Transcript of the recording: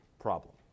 problem